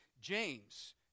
James